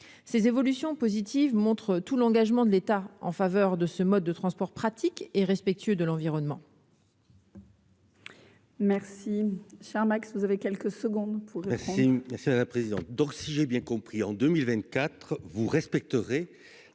ces évolutions positives montrent tout l'engagement de l'État en faveur de ce mode de transport pratique et respectueux de l'environnement. Merci Charles Max vous avez quelques secondes. C'est à la présidente donc si j'ai bien compris en 2024 vous respecterez